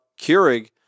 Keurig